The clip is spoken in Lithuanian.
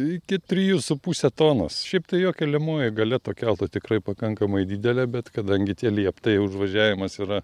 iki trijų su puse tonos šiaip tai jo keliamoji galia to kelto tikrai pakankamai didelė bet kadangi tie lieptai užvažiavimas yra